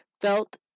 felt